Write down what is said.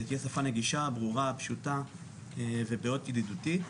תהיה שפה נגישה, ברורה, פשוטה ומאוד ידידותית.